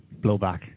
blowback